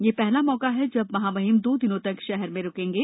यह पहला मौका है जब महामहिम दो दिनों तक शहर में रुकेंगे